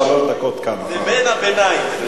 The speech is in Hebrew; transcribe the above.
חבר כנסת בן-ארי, יש לך שלוש דקות כאן.